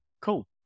Cool